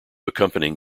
accompanying